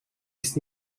ist